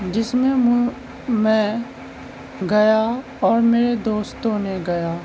جس میں گیا اور میرے دوستوں نے گیا